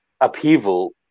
upheaval